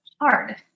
hard